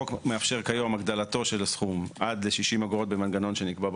החלק השני של ההצעה מבקש לבטל את החובה שקבועה